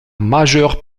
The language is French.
majeure